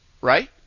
Right